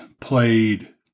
played